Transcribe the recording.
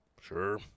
Sure